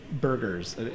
burgers